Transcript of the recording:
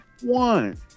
one